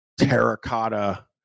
terracotta